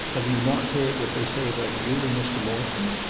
have you not heard what they say about you and mr. morton?